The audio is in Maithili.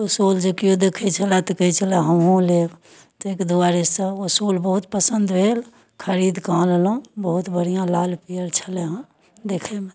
ओ शॉल जे केओ देखै छलऽ तऽ कहै छलऽ कि एकटा हमहुँ लेब तैके दुआरे ओ शॉल बहुत पसन्द भेल खरीदकऽ अनलहुँ बहुत बढ़िआँ लागल लाल पियर छलै हँ देखैमे